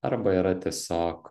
arba yra tiesiog